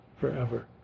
forever